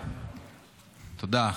תודה,